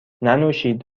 ننوشید